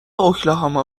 اوکلاهاما